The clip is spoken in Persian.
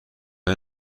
این